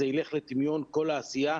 זה ילך לטמיון כל העשייה,